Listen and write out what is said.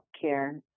care